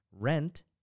rent